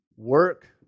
Work